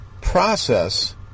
process